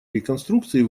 реконструкции